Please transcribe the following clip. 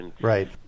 Right